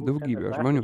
daugybė žmonių